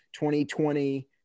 2020